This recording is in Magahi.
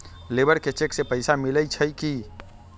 लेबर के चेक से पैसा मिलई छई कि?